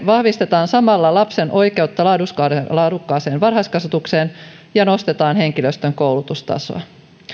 vahvistetaan samalla lapsen oikeutta laadukkaaseen varhaiskasvatukseen ja nostetaan henkilöstön koulutustasoa